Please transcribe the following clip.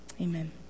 Amen